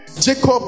Jacob